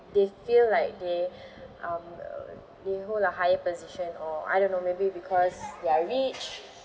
they feel like they um they hold a higher position or I don't know maybe because they are rich